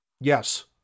Yes